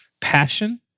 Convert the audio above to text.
passion